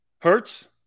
Hurts